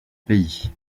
pays